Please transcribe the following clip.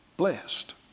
blessed